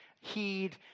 heed